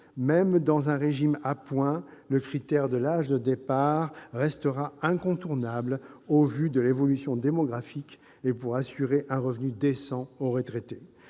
même dans un régime à points, le critère de l'âge de départ restera incontournable, au vu de l'évolution démographique et pour assurer un revenu décent aux retraités.